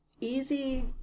easy